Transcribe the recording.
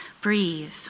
breathe